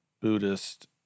Buddhist